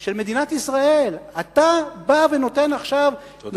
של מדינת ישראל, אתה בא ונותן עכשיו, תודה.